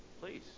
Please